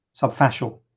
subfascial